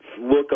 look